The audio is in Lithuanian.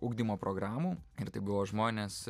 ugdymo programų ir tai buvo žmonės